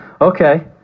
Okay